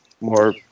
more